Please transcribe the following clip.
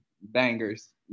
Bangers